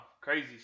crazy